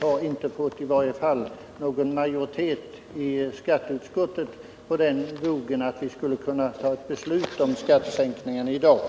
har man inte fått någon majoritet för att riksdagen i dag skulle ta ett beslut om skattesänkningar.